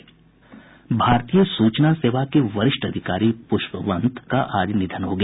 भारतीय सूचना सेवा के वरिष्ठ अधिकारी पुष्पवंत का आज निधन हो गया